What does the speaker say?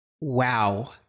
wow